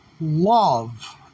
love